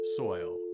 soil